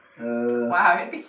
Wow